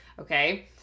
Okay